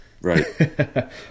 Right